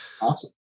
Awesome